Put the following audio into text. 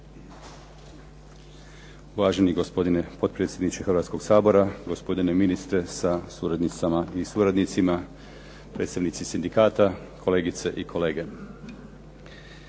Uvaženi gospodine potpredsjedniče Hrvatskoga sabora. Gospodine ministre sa suradnicama i suradnicima, predsjednici sindikata, kolegice i kolege.